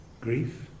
grief